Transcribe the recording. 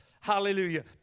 Hallelujah